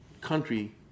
country